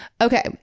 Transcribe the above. Okay